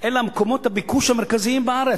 אלא מקומות הביקוש המרכזיים בארץ,